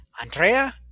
Andrea